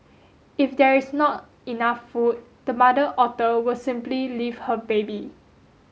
if there is not enough food the mother otter will simply leave her baby